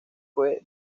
fue